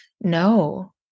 No